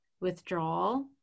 withdrawal